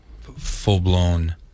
full-blown